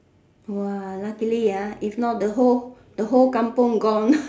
!wah! luckily ah if not the whole the whole Kampung gone